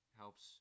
helps